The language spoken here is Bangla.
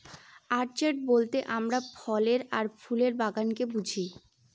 অর্চাড বলতে আমরা ফলের আর ফুলের বাগানকে বুঝি